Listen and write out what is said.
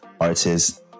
artists